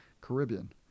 Caribbean